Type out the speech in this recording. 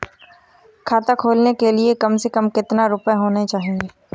खाता खोलने के लिए कम से कम कितना रूपए होने चाहिए?